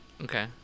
Okay